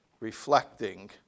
reflecting